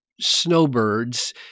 snowbirds